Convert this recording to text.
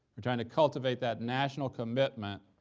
you're trying to cultivate that national commitment,